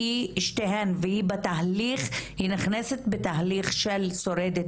שתיהן והיא בתהליך היא נכנסת בתהליך של שורדות